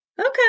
Okay